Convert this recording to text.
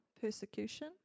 Persecution